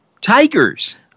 tigers